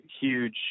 huge